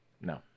no